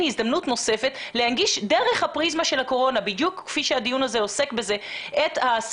הזדמנות נוספת להנגיש דרך הפריזמה של הקורונה את הסיכונים